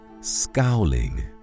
Scowling